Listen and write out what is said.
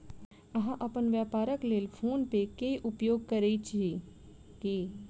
अहाँ अपन व्यापारक लेल फ़ोन पे के उपयोग करै छी की?